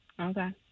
Okay